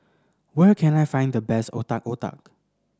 where can I find the best Otak Otak